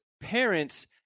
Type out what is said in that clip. parents